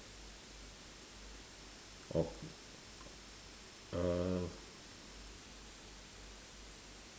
oh err